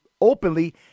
openly